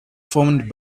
formed